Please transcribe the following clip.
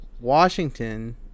Washington